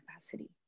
capacity